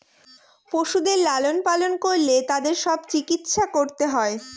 পশুদের লালন পালন করলে তাদের সব চিকিৎসা করতে হয়